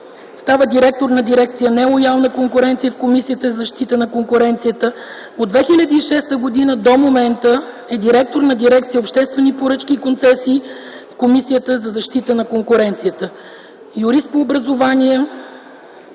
става директор на Дирекция „Нелоялна конкуренция” в Комисията за защита на конкуренцията. От 2006 г. до момента е директор на Дирекция „Обществени поръчки и концесии” в Комисията за защита на конкуренцията. Юрист по образование,